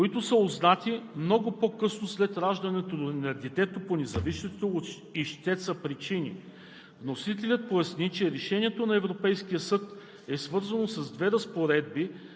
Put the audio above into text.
както и възможността да има обстоятелства, опровергаващи бащинството, които са узнати много по-късно след раждането на детето по независещи от ищеца причини.